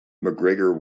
macgregor